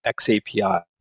XAPI